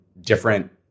different